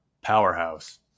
powerhouse